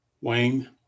wayne